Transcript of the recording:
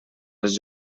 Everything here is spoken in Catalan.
les